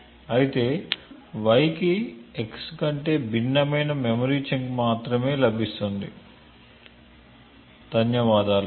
అయితే y కి x కంటే భిన్నమైన మెమరీ చంక్ మాత్రమే లభిస్తుంది ధన్యవాదాలు